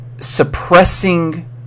suppressing